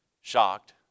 shocked